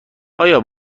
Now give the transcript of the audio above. آیا